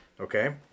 Okay